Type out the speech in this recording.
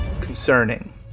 Concerning